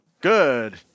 Good